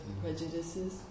prejudices